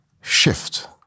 shift